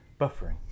buffering